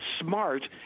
smart